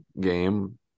game